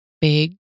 big